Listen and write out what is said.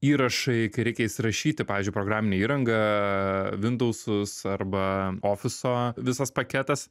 įrašai kai reikia įsirašyti pavyzdžiui programinę įrangą windausus arba ofiso visas paketas